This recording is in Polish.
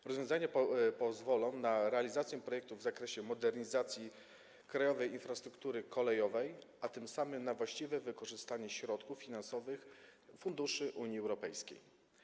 Te rozwiązania pozwolą na realizację projektu w zakresie modernizacji krajowej infrastruktury kolejowej, a tym samym na właściwe wykorzystanie środków finansowych funduszy Unii Europejskiej.